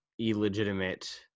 illegitimate